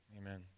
Amen